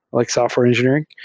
like software engineering.